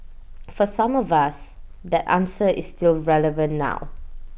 for some of us that answer is still relevant now